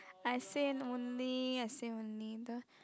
I say only I say only don't